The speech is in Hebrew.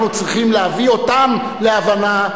אנחנו צריכים להביא אותם להבנה,